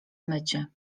mycie